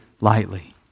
lightly